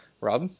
Rob